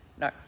No